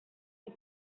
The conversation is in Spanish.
las